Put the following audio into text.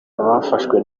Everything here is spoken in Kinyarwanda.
abafashwe